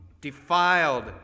defiled